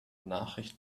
nachricht